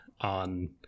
on